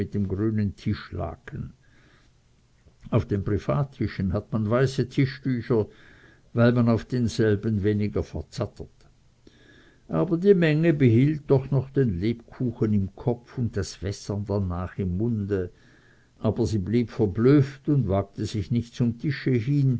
dem grünen tischlaken auf den privattischen hat man weiße tischtücher weil man auf denselben weniger verzattert aber die menge behielt doch noch den lebkuchen im kopf und das wässern darnach im munde aber sie blieb verblüfft und wagte sich nicht zum tische hin